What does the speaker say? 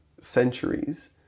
centuries